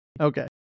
Okay